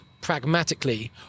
pragmatically